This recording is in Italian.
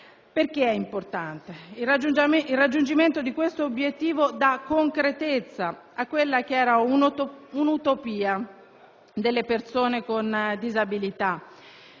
Perché è importante? Il raggiungimento di tale obiettivo dà concretezza a quella che era un'utopia delle persone con disabilità: